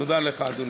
תודה לך, אדוני.